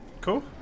cool